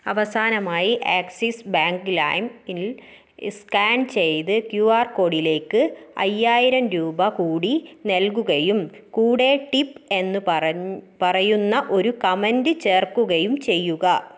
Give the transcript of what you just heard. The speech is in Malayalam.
അവസാനമായി ആക്സിസ് ബാങ്ക് ലൈമിൽ സ്കാൻ ചെയ്ത് ക്യു ആർ കോഡിലേക്ക് അയ്യായിരം രൂപ കൂടി നൽകുകയും കൂടെ ടിപ്പ് എന്ന് പറഞ്ഞ് പറയുന്ന ഒരു കമൻറ്റ് ചേർക്കുകയും ചെയ്യുക